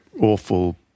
awful